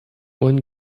one